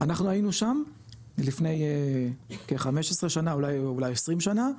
אנחנו היינו שם לפני כ- 15 שנה אולי 20 שנה,